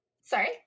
Sorry